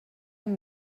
amb